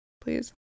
please